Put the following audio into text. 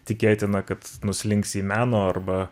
tikėtina kad nuslinks į meno arba